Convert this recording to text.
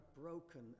broken